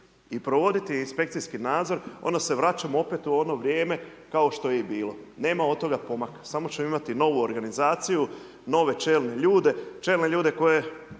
i provoditi inspekcijski nadzor, onda se vraćamo opet u ono vrijeme kao što je i bilo, nema od toga pomaka, samo ćemo imati novu organizaciju, nove čelne ljude, čelne ljude koji,